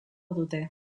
dute